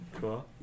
Cool